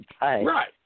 Right